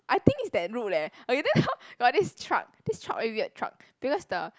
I think it's that route leh okay then hor got this truck this truck very weird truck because the